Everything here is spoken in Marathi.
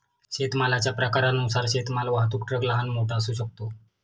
शेतमालाच्या प्रकारानुसार शेतमाल वाहतूक ट्रक लहान, मोठा असू शकतो